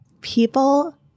People